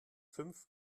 fünf